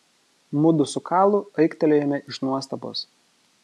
mudu su kalu aiktelėjome iš nuostabos